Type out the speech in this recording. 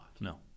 No